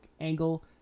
angle